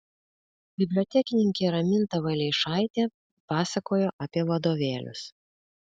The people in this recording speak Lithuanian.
bibliotekininkė raminta valeišaitė pasakojo apie vadovėlius